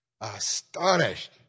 Astonished